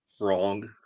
wrong